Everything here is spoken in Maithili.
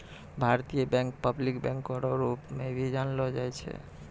भारतीय बैंक पब्लिक बैंको रो रूप मे भी जानलो जाय छै